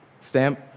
Stamp